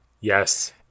Yes